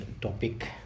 topic